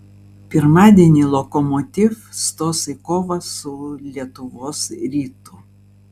pirmadienį lokomotiv stos į kovą su lietuvos rytu